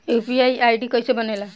UPI ID कैसे बनेला?